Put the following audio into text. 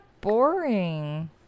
boring